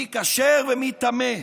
מי כשר ומי טמא,